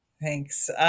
Thanks